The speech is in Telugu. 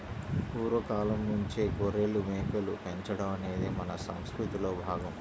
పూర్వ కాలంనుంచే గొర్రెలు, మేకలు పెంచడం అనేది మన సంసృతిలో భాగం